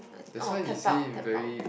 orh tap out tap out